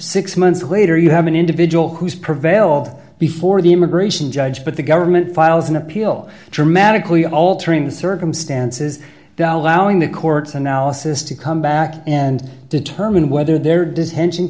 six months later you have an individual who's prevailed before the immigration judge but the government files an appeal dramatically altering the circumstances dol how in the courts analysis to come back and determine whether there does tension